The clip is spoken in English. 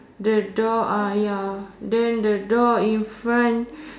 the door ah ya then the door in front